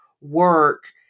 work